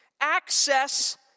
Access